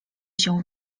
się